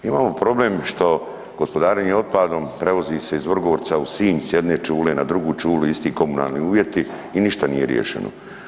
Imamo problem što gospodarenje otpadom, prevozi se iz Vrgorca u Sinj s jedne čule na drugu čulu, isti komunalni uvjeti i ništa nije riješeno.